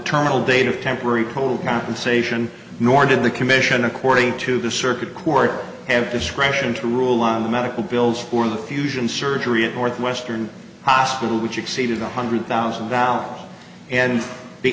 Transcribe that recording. terminal date of temporary pole compensation nor did the commission according to the circuit court have discretion to rule on the medical bills for the fusion surgery at northwestern hospital which exceeded one hundred thousand down and the